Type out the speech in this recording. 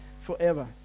forever